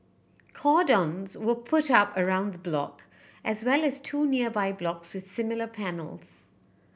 cordons were put up around the block as well as two nearby blocks with similar panels